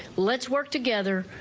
let's work together,